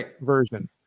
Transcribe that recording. version